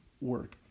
work